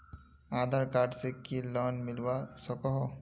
आधार card से की loan मिलवा सकोहो?